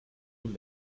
you